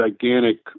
gigantic